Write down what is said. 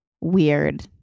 weird